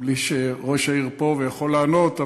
בלי שראש העיר פה ויכול לענות,